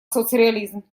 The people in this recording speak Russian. соцреализм